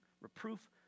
reproof